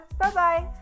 Bye-bye